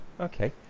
Okay